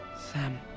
Sam